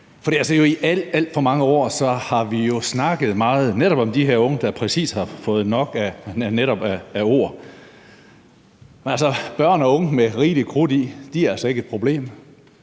For i alt, alt for mange år har vi jo netop snakket meget om de her unge, der netop har fået nok af ord, men børn og unge med rigeligt krudt i er altså ikke et problem.